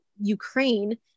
Ukraine